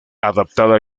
adaptada